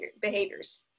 behaviors